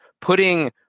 putting